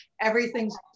Everything's